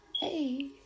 Hey